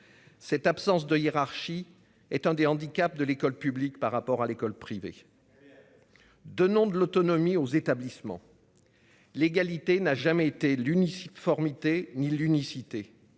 Cette absence de hiérarchie est des. De l'école publique par rapport à l'école privée. De nom de l'autonomie aux établissements. L'égalité n'a jamais été l'UNICEF Formister ni l'unicité.